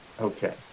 Okay